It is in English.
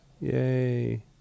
Yay